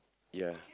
ya